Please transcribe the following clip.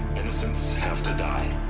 innocents. have to die